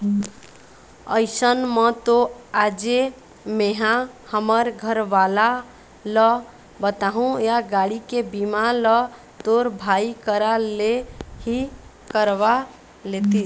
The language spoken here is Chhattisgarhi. अइसन म तो आजे मेंहा हमर घरवाला ल बताहूँ या गाड़ी के बीमा ल तोर भाई करा ले ही करवा लेतिस